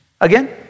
Again